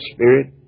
Spirit